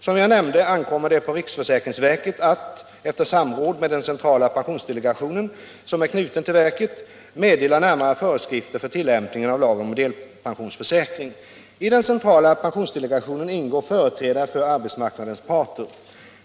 Som jag nämnde ankommer det på riksförsäkringsverket att, efter samråd med den centrala pensionsdelegation som är knuten till verket, meddela närmare föreskrifter för tillämpningen av lagen om delpensionsförsäkring. I den centrala pensionsdelegationen ingår företrädare för arbetsmarknadens parter.